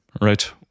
right